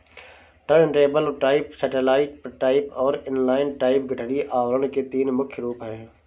turntable type, satellite type और inline type गठरी आवरण के तीन मुख्य रूप है